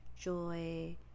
joy